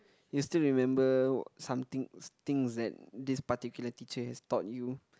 you still remember something things that this particular teacher has taught you